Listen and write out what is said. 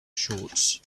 shorts